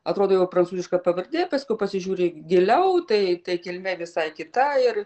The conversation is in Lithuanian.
atrodo jau prancūziška pavardė paskiau pasižiūri giliau tai tai kilmė visai kita ir